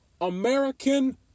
American